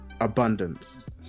abundance